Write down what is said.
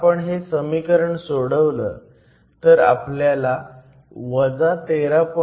जर आपण हे समीकरण सोडवलं तर आपल्याला 13